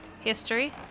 History